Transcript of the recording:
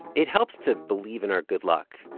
it helps to believe in our good luck.